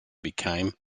became